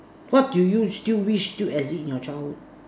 what do you still wish still exist in your childhood